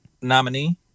nominee